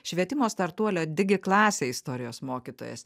švietimo startuolio digiklasė istorijos mokytojas